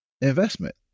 investment